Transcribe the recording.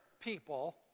people